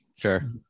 Sure